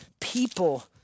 people